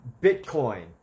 Bitcoin